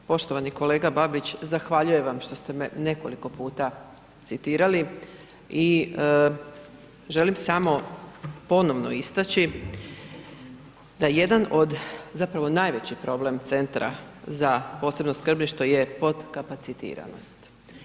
Poštovani kolega Babić zahvaljujem vam što ste me nekoliko puta citirali i želim samo ponovno istaći da jedan od, zapravo najveći problem Centra za posebno skrbništvo je potkapacitiranost.